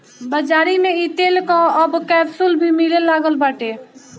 बाज़ारी में इ तेल कअ अब कैप्सूल भी मिले लागल बाटे